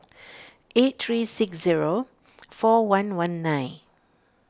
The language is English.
eight three six zero four one one nine